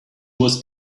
was